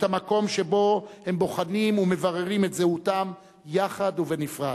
את המקום שבו הם בוחנים ומבררים את זהותם יחד ובנפרד,